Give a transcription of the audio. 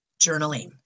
Journaling